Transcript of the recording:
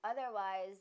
otherwise